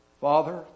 Father